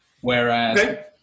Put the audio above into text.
Whereas